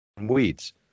weeds